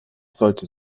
sollte